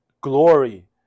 glory